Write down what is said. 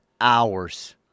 hours